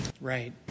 Right